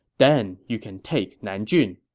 then you can take nanjun.